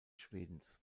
schwedens